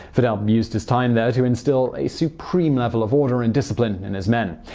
fidel used his time there to instill a supreme level of order and discipline in his men.